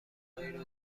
اینو